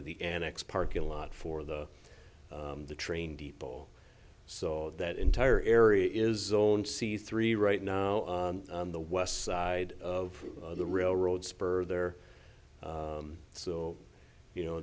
of the annex parking lot for the the train people so that entire area is own c three right now on the west side of the railroad spur there so you know